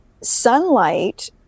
sunlight